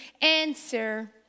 answer